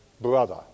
Brother